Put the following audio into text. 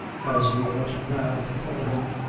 as we ought now to call him,